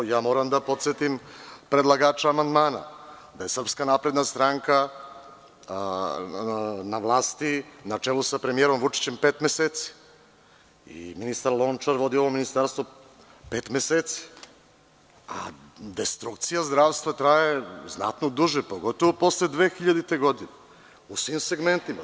Ja moram da podsetim predlagača amandmana da je SNSna vlasti na čelu sa premijerom Vučićem pet meseci i ministar Lončar vodi ovo ministarstvo pet meseci, a destrukcija zdravstva traje znatno duže, pogotovo posle 2000. godine, u svim segmentima.